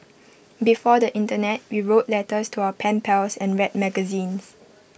before the Internet we wrote letters to our pen pals and read magazines